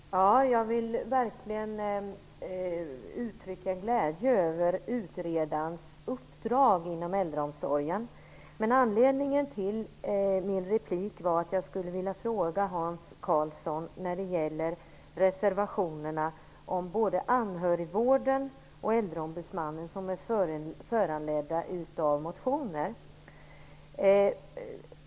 Herr talman! Jag vill verkligen uttrycka glädje över utredarens uppdrag inom äldreomsorgen. Anledningen till min replik är dock att jag skulle vilja fråga Hans Karlsson om de reservationer som är föranledda av motioner och som handlar om anhörigvården och om detta med en äldreombudsman.